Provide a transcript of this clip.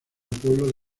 pueblo